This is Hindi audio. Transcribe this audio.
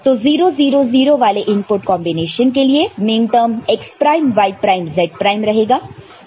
तो 0 0 0 वाले इनपुट कॉन्बिनेशन के लिए minterm x prime y prime z prime रहे